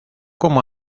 como